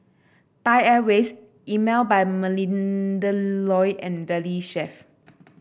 Thai Airways Emel by Melinda Looi and Valley Chef